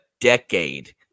decade